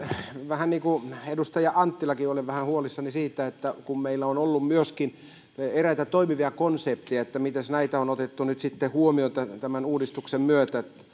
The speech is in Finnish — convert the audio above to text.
vähän niin kuin edustaja anttilakin olen vähän huolissani siitä kun meillä on ollut myöskin eräitä toimivia konsepteja että miten näitä on otettu nyt sitten huomioon tämän tämän uudistuksen myötä